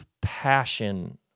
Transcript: passion